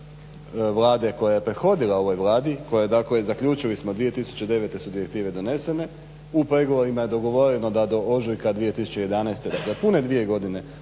Vlade koja je prethodila ovoj Vladi koja dakle zaključili smo 2009.su direktive donesene, u pregovorima je dogovoreno da do ožujka 2011. da pune dvije godine